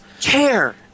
care